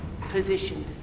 position